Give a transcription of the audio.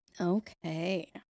Okay